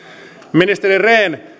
ministeri rehn